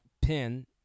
pin